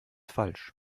falsch